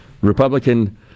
Republican